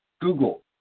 Google